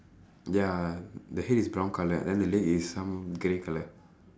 ya the head is brown colour then the leg is some grey colour